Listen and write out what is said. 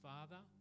Father